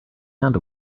hand